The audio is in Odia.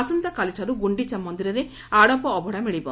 ଆସନ୍ତାକାଲିଠାରୁ ଗୁଖିଚା ମନ୍ଦିରରେ ଆଡ଼ପ ଅବଡ଼ା ମିଳବ